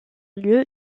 lieu